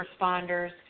responders